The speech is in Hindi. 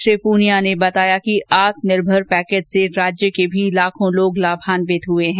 श्री पूनिया ने बताया कि आत्मनिर्भर पैकेज से राज्य के भी लाखों लोग लामान्वित हुए हैं